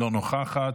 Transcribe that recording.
אינה נוכחת.